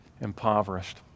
impoverished